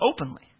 openly